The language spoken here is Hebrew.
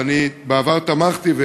ואני בעבר תמכתי,